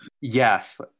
Yes